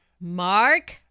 Mark